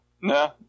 Nah